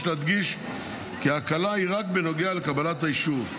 יש להדגיש כי ההקלה היא רק בנוגע לקבלת האישור,